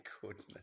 goodness